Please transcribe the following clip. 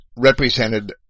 represented